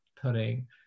putting